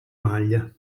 maglia